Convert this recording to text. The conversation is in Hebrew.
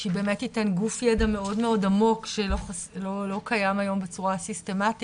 שהיא באמת תיתן גוף ידע מאוד מאוד עמוק שלא קיים היום בצורה סיסטמתית